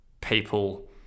people